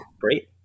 great